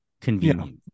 convenient